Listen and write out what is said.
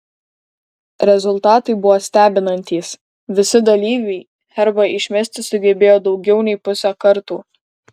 rezultatai buvo stebinantys visi dalyviai herbą išmesti sugebėjo daugiau nei pusę kartų